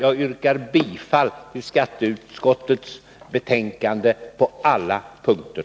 Jag yrkar bifall till skatteutskottets hemställan på alla punkter.